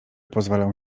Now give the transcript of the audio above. pozwalał